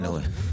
כן, רועי.